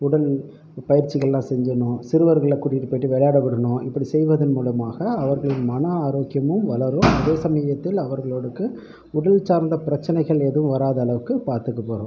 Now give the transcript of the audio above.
உடல் பயிற்சிகளெல்லாம் செஞ்சோணும் சிறுவர்களை கூட்டிக்கிட்டு போயிவிட்டு விளையாட விடணும் இப்படி செய்வதன் மூலமாக அவர்களின் மன ஆரோக்கியமும் வளரும் அதே சமயத்தில் அவர்களுக்கு உடல் சார்ந்த பிரச்சினைகள் எதுவும் வராத அளவுக்கு பார்த்துக்க போகிறோம்